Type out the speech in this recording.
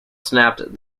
snapped